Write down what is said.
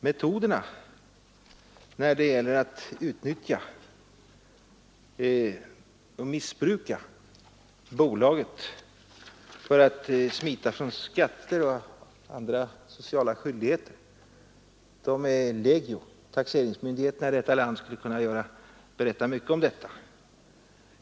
Metoderna när det gäller att utnyttja och missbruka bolaget för att smita från skatter och andra sociala skyldigheter är legio. Taxeringsmyndigheterna i landet skulle kunna berätta mycket om detta.